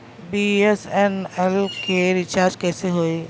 BSNL के recharge कैसे होयी?